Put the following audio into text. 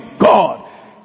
God